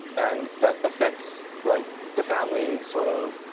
and that affects like the family, sort of